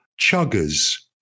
chuggers